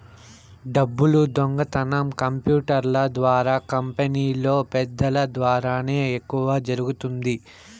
డబ్బులు దొంగతనం కంప్యూటర్ల ద్వారా కంపెనీలో పెద్దల ద్వారానే ఎక్కువ జరుగుతుంది